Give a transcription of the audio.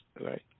right